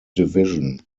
division